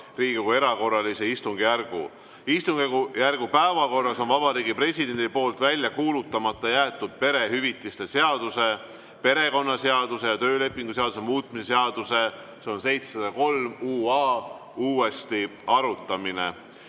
Riigikogu erakorralise istungjärgu. Istungjärgu päevakorras on Vabariigi Presidendi poolt välja kuulutamata jäetud perehüvitiste seaduse, perekonnaseaduse ja töölepingu seaduse muutmise seaduse uuesti arutamine.